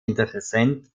interessent